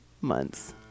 months